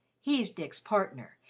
he's dick's partner,